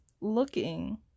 looking